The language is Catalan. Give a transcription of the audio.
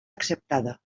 acceptada